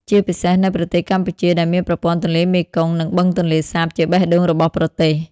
ជាពិសេសនៅប្រទេសកម្ពុជា ដែលមានប្រព័ន្ធទន្លេមេគង្គ និងបឹងទន្លេសាបជាបេះដូងរបស់ប្រទេស។